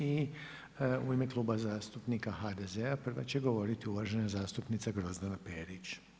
I u ime Kluba zastupnika HDZ-a prva će govoriti uvažena zastupnica Grozdana Perić.